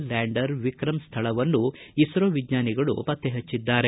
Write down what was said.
lander Vikram ಸ್ವಳವನ್ನು ಇಸ್ತೋ ವಿಜ್ಞಾನಿಗಳು ಪತ್ತೆ ಪಚ್ಚಿದ್ದಾರೆ